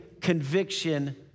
conviction